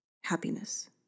happiness